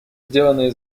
сделанные